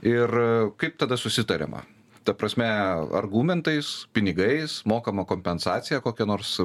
ir kaip tada susitariama ta prasme argumentais pinigais mokama kompensacija kokia nors